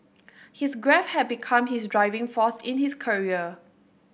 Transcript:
his grief had become his driving force in his career